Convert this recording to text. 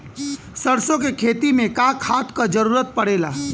सरसो के खेती में का खाद क जरूरत पड़ेला?